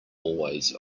always